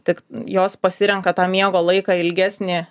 tik jos pasirenka tą miego laiką ilgesnį